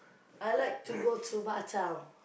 I like to go to Batam